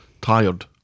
Tired